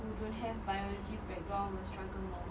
who don't have biology background will struggle more